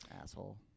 Asshole